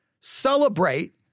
celebrate